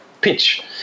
pitch